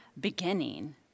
beginning